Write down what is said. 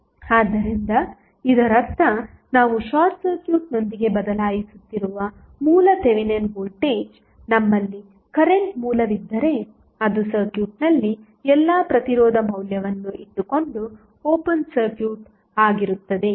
ಆದ್ದರಿಂದ ಇದರರ್ಥ ನಾವು ಶಾರ್ಟ್ ಸರ್ಕ್ಯೂಟ್ನೊಂದಿಗೆ ಬದಲಾಯಿಸುತ್ತಿರುವ ಮೂಲ ಥೆವೆನಿನ್ ವೋಲ್ಟೇಜ್ ನಮ್ಮಲ್ಲಿ ಕರೆಂಟ್ ಮೂಲವಿದ್ದರೆ ಅದು ಸರ್ಕ್ಯೂಟ್ನಲ್ಲಿ ಎಲ್ಲಾ ಪ್ರತಿರೋಧ ಮೌಲ್ಯವನ್ನು ಇಟ್ಟುಕೊಂಡು ಓಪನ್ ಸರ್ಕ್ಯೂಟ್ ಆಗಿರುತ್ತದೆ